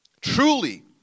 Truly